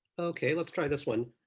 ok. let's try this one.